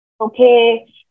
okay